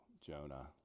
Jonah